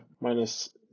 minus